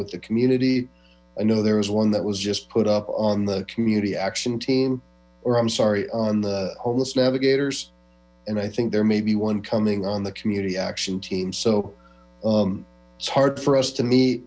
with the community i know there was one that was just put up on the community action team or i'm sorry on the homeless navigators and i think there may be one coming on the community action team so it's hard for us to